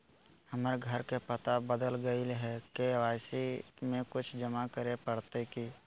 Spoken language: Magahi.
हमर घर के पता बदल गेलई हई, के.वाई.सी में कुछ जमा करे पड़तई की?